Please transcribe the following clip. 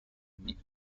mid